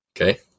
Okay